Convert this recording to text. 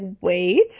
wait